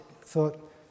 thought